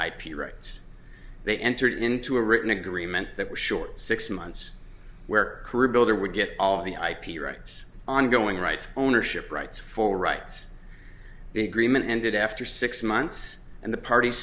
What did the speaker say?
ip rights they entered into a written agreement that was short six months where career builder would get all the ip rights ongoing rights ownership rights for all rights the agreement ended after six months and the part